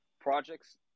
projects